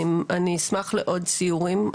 אני אשמח לעוד סיורים.